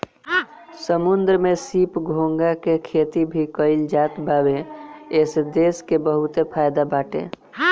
समुंदर में सीप, घोंघा के भी खेती कईल जात बावे एसे देश के बहुते फायदा बाटे